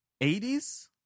80s